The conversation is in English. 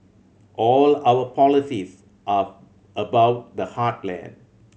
all our policies are about the heartland